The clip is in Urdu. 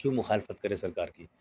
کیوں مخالفت کرے سرکار کی